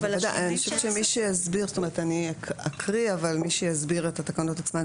אני אקריא אבל מי שיסביר את התקנות עצמן,